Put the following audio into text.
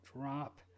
drop